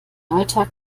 alter